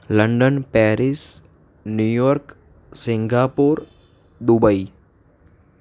London Paris New York Singapore Dubai